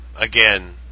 Again